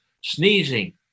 sneezing